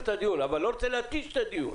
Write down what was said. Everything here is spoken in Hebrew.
אבל אני לא רוצה להתיש את הדיון.